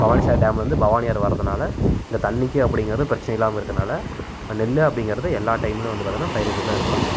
பவானி சாகர் டேம்ல வந்து பவானி ஆறு வரதனால இந்த தண்ணிக்கே அப்படிங்கிறது பிரச்சனை இல்லாமல் இருக்கிறதுனால நெல் அப்படிங்கிறதை எல்லா டைம்ல வந்து பார்த்தோம்னா பயிரிட்றதாக இருப்பாங்கள்